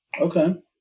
Okay